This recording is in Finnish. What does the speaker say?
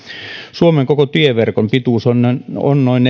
suomen koko tieverkon pituus on noin